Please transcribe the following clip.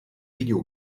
video